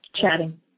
chatting